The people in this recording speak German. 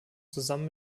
zusammen